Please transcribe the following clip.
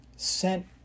sent